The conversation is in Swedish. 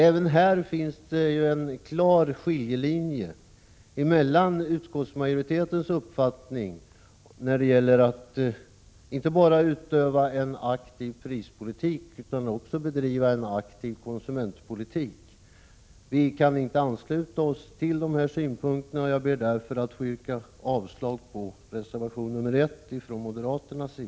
Även här finns det en klar skiljelinje mellan utskottsmajoritetens uppfattning när det gäller att inte bara utöva en aktiv prispolitik utan också bedriva en aktiv konsumentpolitik. Vi kan inte ansluta oss till moderaternas synpunkter, och jag ber därför att få yrka avslag på reservation nr 1 från moderaterna.